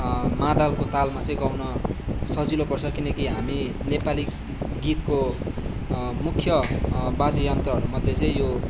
मादलको तालमा चाहिँ गाउन सजिलो पर्छ किनकि हामी नेपाली गीतको मुख्य वाद्ययन्त्रहरू मध्ये चाहिँ यो